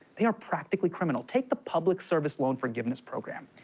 they are practically criminal. take the public service loan forgiveness program.